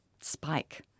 spike